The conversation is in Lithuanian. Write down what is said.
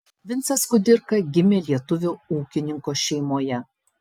vincas kudirka gimė lietuvio ūkininko šeimoje